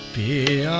the